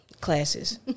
classes